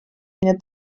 mnie